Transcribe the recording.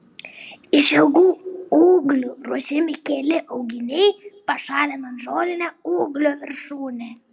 iš ilgų ūglių ruošiami keli auginiai pašalinant žolinę ūglio viršūnę